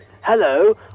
Hello